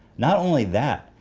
not only that,